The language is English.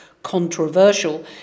controversial